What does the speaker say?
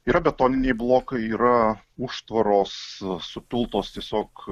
yra betoniniai blokai yra užtvaros supiltos tiesiog